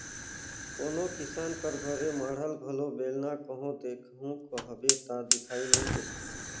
कोनो किसान कर घरे माढ़ल घलो बेलना कहो देखहू कहबे ता दिखई नी देहे